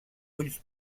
ulls